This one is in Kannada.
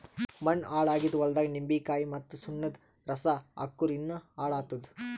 ಮಣ್ಣ ಹಾಳ್ ಆಗಿದ್ ಹೊಲ್ದಾಗ್ ನಿಂಬಿಕಾಯಿ ಮತ್ತ್ ಸುಣ್ಣದ್ ರಸಾ ಹಾಕ್ಕುರ್ ಇನ್ನಾ ಹಾಳ್ ಆತ್ತದ್